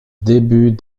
début